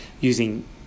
using